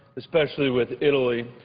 especially with italy.